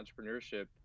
Entrepreneurship